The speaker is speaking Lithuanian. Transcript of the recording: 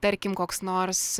tarkim koks nors